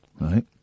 right